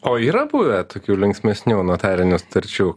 o yra buvę tokių linksmesnių notarinių sutarčių